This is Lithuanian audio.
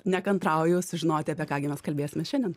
nekantrauju sužinoti apie ką gi mes kalbėsime šiandien